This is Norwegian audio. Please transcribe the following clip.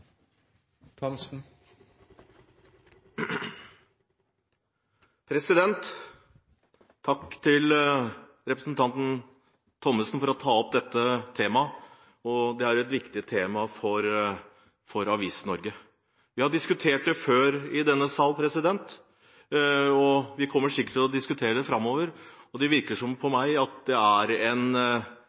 men produksjonstilskuddet. Takk til representanten Thommessen for å ta opp dette temaet. Det er et viktig tema for Avis-Norge. Vi har diskutert det før i denne sal og kommer sikkert til å diskutere det framover. Det virker for meg som at det er